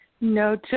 No